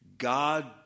God